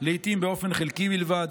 לעיתים באופן חלקי בלבד.